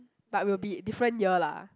but we'll be different year lah